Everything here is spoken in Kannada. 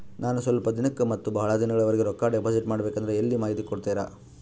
ನಾನು ಸ್ವಲ್ಪ ದಿನಕ್ಕ ಮತ್ತ ಬಹಳ ದಿನಗಳವರೆಗೆ ರೊಕ್ಕ ಡಿಪಾಸಿಟ್ ಮಾಡಬೇಕಂದ್ರ ಎಲ್ಲಿ ಮಾಹಿತಿ ಕೊಡ್ತೇರಾ?